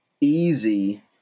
easy